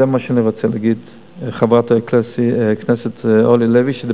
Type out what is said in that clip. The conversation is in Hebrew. וזה מה שאני רוצה להגיד לחברת הכנסת אורלי לוי אבקסיס,